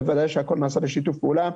הכול נעשה בשיתוף פעולה.